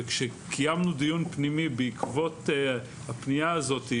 וכשקיימנו דיון פנימי בעקבות הפנייה הזאת,